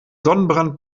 sonnenbrand